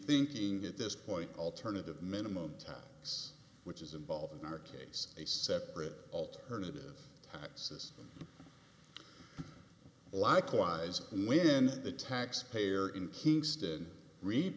thinking at this point alternative minimum tax which is involved in our case a separate alternative that says likewise when the taxpayer in kingston read